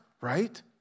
right